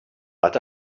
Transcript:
but